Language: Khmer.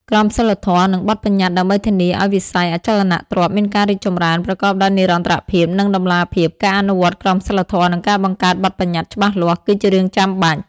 ក្រមសីលធម៌ និងបទប្បញ្ញត្តិដើម្បីធានាឲ្យវិស័យអចលនទ្រព្យមានការរីកចម្រើនប្រកបដោយនិរន្តរភាព និងតម្លាភាព ការអនុវត្ត ក្រមសីលធម៌ និងការបង្កើត បទប្បញ្ញត្តិ ច្បាស់លាស់ គឺជារឿងចាំបាច់។